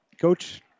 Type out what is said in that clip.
Coach